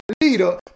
leader